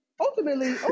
ultimately